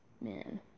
man